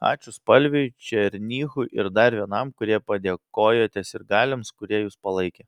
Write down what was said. ačiū spalviui černychui ir dar vienam kurie padėkojote sirgaliams kurie jus palaikė